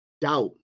doubt